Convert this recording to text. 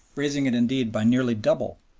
raising it indeed by nearly double.